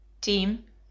Team